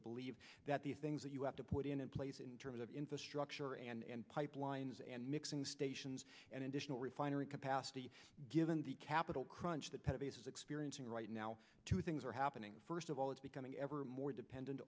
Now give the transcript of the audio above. to believe that the things that you have to put in place in terms of infrastructure and pipelines and mixing stations and additional refinery capacity given the capital crunch that is experiencing right now two things are happening first of all it's becoming ever more dependent